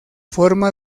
forma